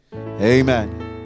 Amen